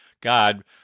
God